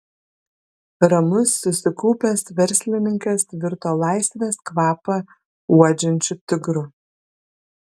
ramus susikaupęs verslininkas virto laisvės kvapą uodžiančiu tigru